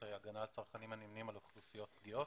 הגנה על צרכנים הנמנים על אוכלוסיות פגיעות.